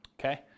okay